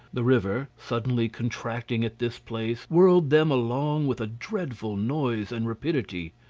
the river, suddenly contracting at this place, whirled them along with a dreadful noise and rapidity.